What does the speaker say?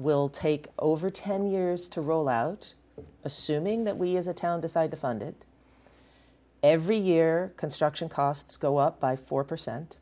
will take over ten years to roll out assuming that we as a town decide to fund it every year construction costs go up by four percent